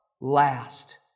last